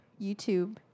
YouTube